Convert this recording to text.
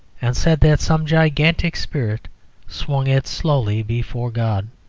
and said that some gigantic spirit swung it slowly before god.